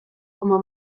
como